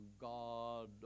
God